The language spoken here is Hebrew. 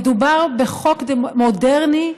מדובר בחוק מודרני,